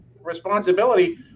responsibility